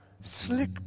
slick